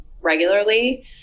regularly